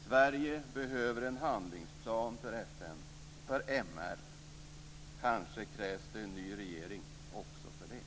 Sverige behöver en handlingsplan för MR - kanske krävs det en ny regering också för det.